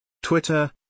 Twitter